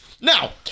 now